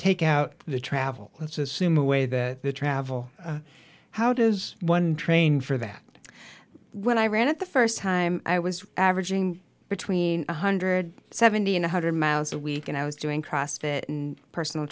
take out the travel let's assume a way that the travel how does one train for that when i ran it the first time i was averaging between one hundred seventy and one hundred miles a week and i was doing cross fit and personal